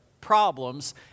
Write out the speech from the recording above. problems